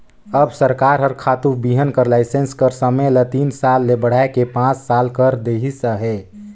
अब सरकार हर खातू बीहन कर लाइसेंस कर समे ल तीन साल ले बढ़ाए के पाँच साल कइर देहिस अहे